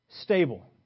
stable